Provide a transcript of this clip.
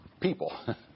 people